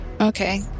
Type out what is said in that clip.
Okay